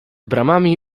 bramami